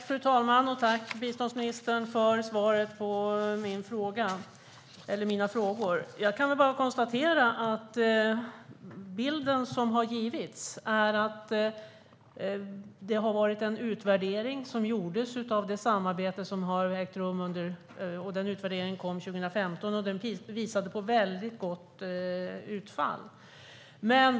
Fru talman! Tack, biståndsministern, för svaret på mina frågor! Jag konstaterar att bilden är att en utvärdering har gjorts av det samarbete som har ägt rum. Utvärderingen kom 2015. Den visar på gott utfall.